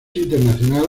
internacional